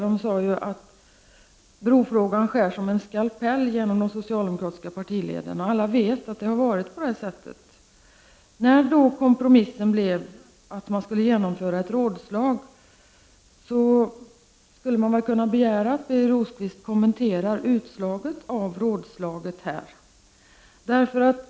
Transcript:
22 november 1989 Där sade man att brofrågan skär som en skalpell genom de socialdemokra= == tiska partileden. Alla vet att det har varit på det sättet. När då kompromissen blev att man enades om att genomföra ett rådslag, så skulle man väl kunna begära att Birger Rosqvist här kommenterade resultatet av rådslaget.